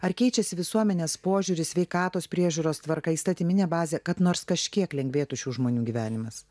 ar keičiasi visuomenės požiūris sveikatos priežiūros tvarka įstatyminė bazė kad nors kažkiek lengvėtų šių žmonių gyvenimas